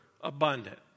abundant